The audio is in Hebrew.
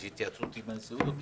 כשהייתה התייעצות עם הנשיאות.